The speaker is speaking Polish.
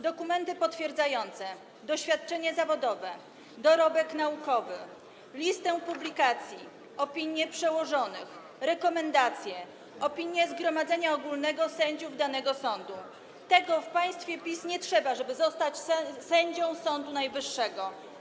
Dokumenty potwierdzające doświadczenie zawodowe, dorobek naukowy, lista publikacji, opinie przełożonych, rekomendacje, opinie zgromadzenia ogólnego sędziów danego sądu - tego w państwie PiS nie trzeba, żeby zostać sędzią Sądu Najwyższego.